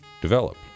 develop